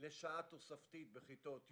לשעה תוספתית בכיתות י'